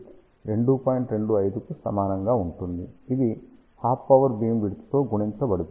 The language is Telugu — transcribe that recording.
25 కు సమానంగా ఉంటుంది ఇది హాఫ్ పవర్ బీమ్ విడ్త్ తో గుణించబడుతుంది